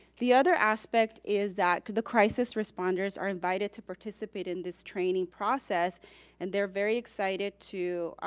the other aspect is that the crisis responders are invited to participate in this training process and they're very excited to,